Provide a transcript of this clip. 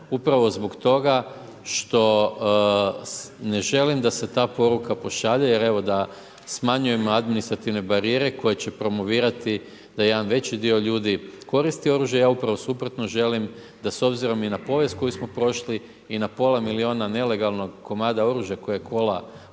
upravo zbog toga što ne želim da se ta poruka pošalje. Jer evo da smanjujemo administrativne barijere koje će promovirati da jedan veći dio ljudi koristi oružja. Ja upravo suprotno želim da s obzirom i na povijest koju smo prošli i na pola milijuna nelegalnog komada oružja koje kola po